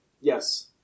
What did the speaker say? Yes